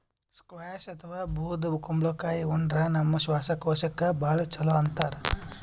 squash ಅಥವಾ ಬೂದ್ ಕುಂಬಳಕಾಯಿ ಉಂಡ್ರ ನಮ್ ಶ್ವಾಸಕೋಶಕ್ಕ್ ಭಾಳ್ ಛಲೋ ಅಂತಾರ್